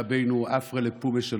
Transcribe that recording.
תראו, יש היום 130,000 משרות פנויות במשק,